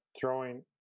throwing